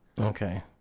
Okay